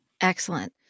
Excellent